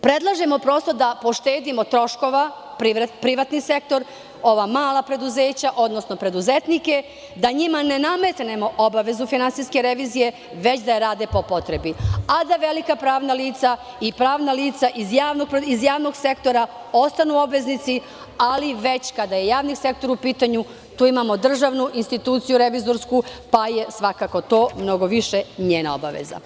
Predlažemo da poštedimo troškova privatni sektor, ova mala preduzeća, odnosno preduzetnike, da njima ne nametnemo obavezu finansijske revizije, već da rade po potrebi, a da velika pravna lica i pravna lica iz javnog sektora ostanu obveznici, ali već kada je javni sektor u pitanju, tu imamo DRI, pa je to mnogo više njena obaveza.